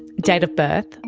date of birth, and